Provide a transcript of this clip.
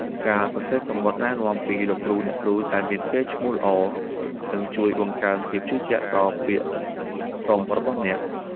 ការសរសេរសំបុត្រណែនាំពីលោកគ្រូអ្នកគ្រូដែលមានកេរ្តិ៍ឈ្មោះល្អនឹងជួយបង្កើនភាពជឿជាក់ដល់ពាក្យសុំរបស់អ្នក។